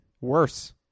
Worse